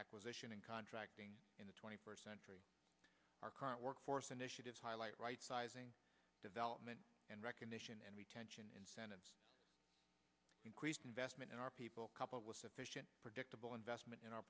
acquisition and contracting in the twenty first century our current workforce initiatives highlight rightsizing development and recognition and retention incentives increased investment in our people coupled with sufficient predictable investment in our